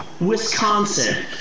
Wisconsin